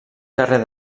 carrer